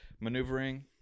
maneuvering